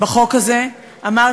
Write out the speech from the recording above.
בחוק הזה אמרתי,